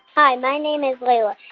hi. my name is layla.